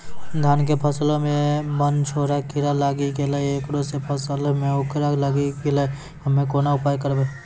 धान के फसलो मे बनझोरा कीड़ा लागी गैलै ऐकरा से फसल मे उखरा लागी गैलै हम्मे कोन उपाय करबै?